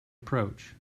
approach